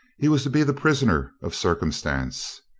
he was to be the prisoner of circum stance.